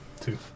Two